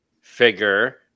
Figure